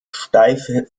steife